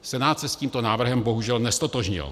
Senát se s tímto návrhem bohužel neztotožnil.